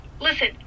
Listen